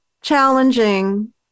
challenging